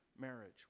marriage